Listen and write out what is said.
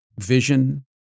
vision